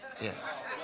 Yes